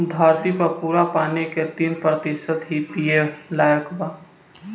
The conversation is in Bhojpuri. धरती के पूरा पानी के तीन प्रतिशत ही पिए लायक बा